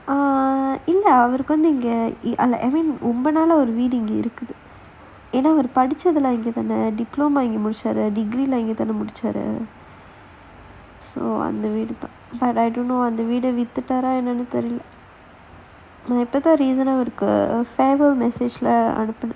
err இல்ல அவருக்கு வந்து இங்க ரொம்ப நாளா ஒரு வீடு இங்க இருக்கு ஏனா அவரு படிச்சது எல்லா இங்க தானே:illa avarukku vanthu inga romba naala oru veedu inga irukku yaenaa padichathu inga thaanae diploma இங்க முடிச்சாரு:inga mudichaaru degree இங்க தான முடிச்சாரு அந்த வீடு தான்:inga thaana mudichaaru antha veedu thaan I don't know lah அந்த வீட வித்துடாரான்னு தெரில:antha veeda vithutaaraannu therila message lah இப்ப தான் அனுப்புனே:ippa thaan anuppunae